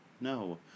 No